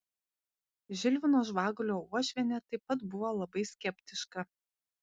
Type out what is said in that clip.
žilvino žvagulio uošvienė taip pat buvo labai skeptiška